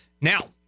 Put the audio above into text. Now